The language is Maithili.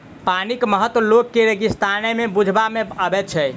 पानिक महत्व लोक के रेगिस्ताने मे बुझबा मे अबैत छै